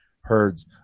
herds